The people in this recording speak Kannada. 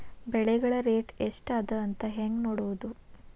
ಬೆಳೆಗಳ ರೇಟ್ ಎಷ್ಟ ಅದ ಅಂತ ಹೇಳಿ ಹೆಂಗ್ ನೋಡುವುದು?